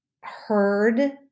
heard